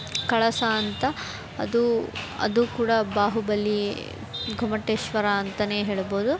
ಕಳಸ ಅಂತ ಅದು ಅದು ಕೂಡ ಬಾಹುಬಲಿ ಗೊಮ್ಮಟೇಶ್ವರ ಅಂತಲೇ ಹೇಳ್ಬೋದು